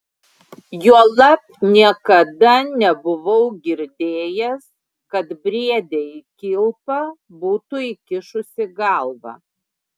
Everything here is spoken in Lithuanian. juolab niekada nebuvau girdėjęs kad briedė į kilpą būtų įkišusi galvą